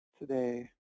today